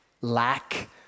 lack